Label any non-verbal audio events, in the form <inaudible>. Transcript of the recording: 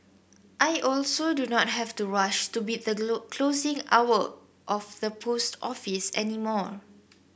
I also do not have to rush to beat the <unintelligible> closing hour of the post office any more